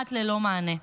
וכמעט ללא מענה.